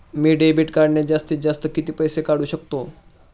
मी debit कार्डने जास्तीत जास्त किती पैसे काढू शकतो?